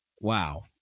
Wow